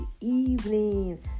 evening